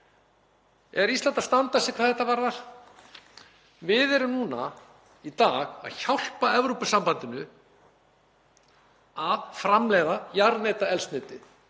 Er Ísland að standa sig hvað þetta varðar? Við erum núna í dag að hjálpa Evrópusambandinu að framleiða jarðefnaeldsneyti.